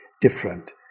different